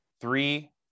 Three